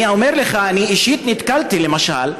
אני אומר לך שאני אישית נתקלתי, למשל,